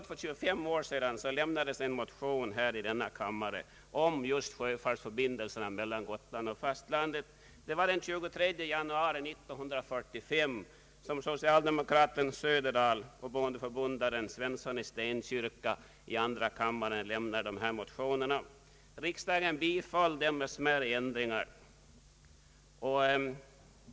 För 25 år sedan lämnades nämligen en motion i denna kammare om just sjöfartsförbindelserna mellan Gotland och fastlandet. Det var den 23 januari 19435 som socialdemokraten K. F. Sö derdahl i denna kammare och bondeförbundaren Svensson i Stenkyrka i andra kammaren lämnade dessa motioner. Riksdagen biföll motionerna med smärre ändringar.